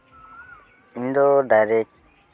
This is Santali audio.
ᱤᱧᱫᱚ ᱰᱟᱭᱨᱮᱠᱴ